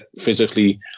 physically